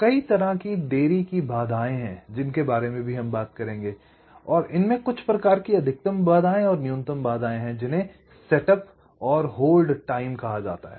कई तरह की देरी की बाधाएँ हैं जिनके बारे में भी हम बात करेंगे जिनमें कुछ प्रकार की अधिकतम बाधाएँ और न्यूनतम बाधाएँ हैं जिन्हें सेटअप और होल्ड टाइम कहा जाता है